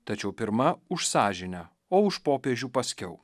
tačiau pirma už sąžinę o už popiežių paskiau